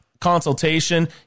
Consultation